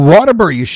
Waterbury